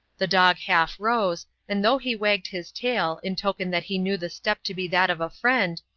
the dog half rose, and though he wagged his tail, in token that he knew the step to be that of a friend,